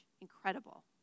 incredible